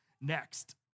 next